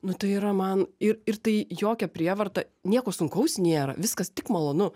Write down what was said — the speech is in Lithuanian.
nu tai yra man ir ir tai jokia prievarta nieko sunkaus nėra viskas tik malonu